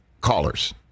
callers